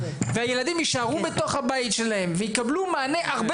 והילדים יישארו בתוך הבית שלהם ויקבלו מענה הרבה